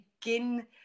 begin